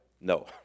No